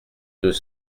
deux